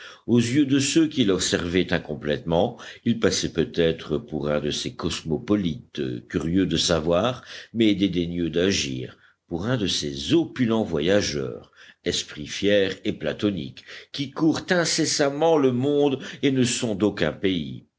aux yeux de ceux qui l'observaient incomplètement il passait peut-être pour un de ces cosmopolites curieux de savoir mais dédaigneux d'agir pour un de ces opulents voyageurs esprits fiers et platoniques qui courent incessamment le monde et ne sont d'aucun pays